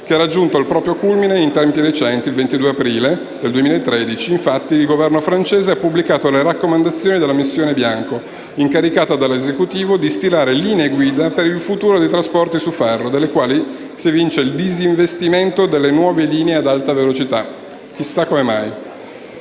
che ha raggiunto il proprio culmine in tempi recenti: il 22 aprile 2013 il Governo francese ha infatti pubblicato le raccomandazioni della missione Bianco, incaricata dall'Esecutivo di stilare linee guida per il futuro dei trasporti su ferro, dalle quali si evince il disinvestimento da nuove linee ad alta velocità. Chissà come mai.